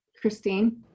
Christine